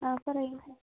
ആ പറയൂ